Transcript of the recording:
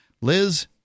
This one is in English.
Liz